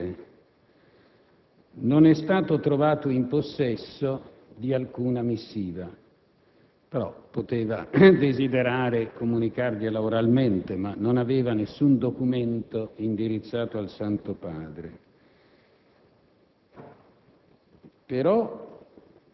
far giungere una sua missiva al Santo Padre; non è stato trovato in possesso di alcuna missiva. Poteva, tuttavia, desiderare comunicargliela oralmente; ma non aveva nessun documento indirizzato al Santo Padre,